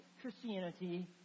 Christianity